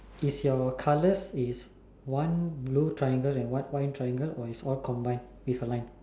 is your colors is one blue triangle and one white triangle or it's all combined with a line